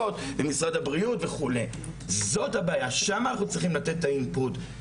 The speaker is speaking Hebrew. זאת הבעיה, שם אנחנו צריכים לתת את האינפוט.